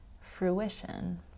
fruition